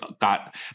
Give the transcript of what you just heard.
got